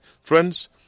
friends